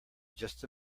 just